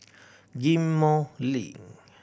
Ghim Moh Link